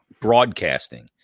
broadcasting